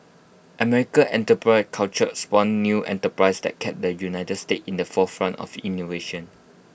America enter culture spawned new enterprises that kept the united states in the forefront of innovation